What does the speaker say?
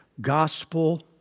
gospel